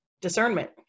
discernment